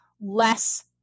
less